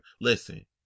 Listen